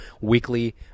weekly